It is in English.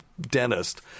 dentist